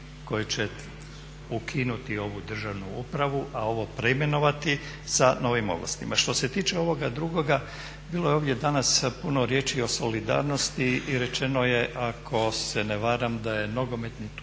koji će ukinuti ovu državnu upravu a ovo preimenovati sa novim ovlastima. Što se tiče ovoga drugoga, bilo je ovdje danas puno riječi i o solidarnosti i rečeno je ako se ne varam da je nogometni klub